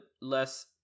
less